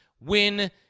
win